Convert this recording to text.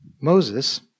Moses